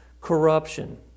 corruption